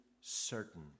certain